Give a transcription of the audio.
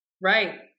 Right